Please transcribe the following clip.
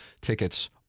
tickets